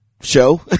show